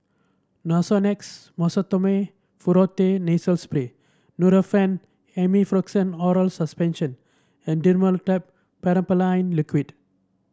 Nasonex Mometasone Furoate Nasal Spray Nurofen Oral Suspension and Dimetapp Phenylephrine Liquid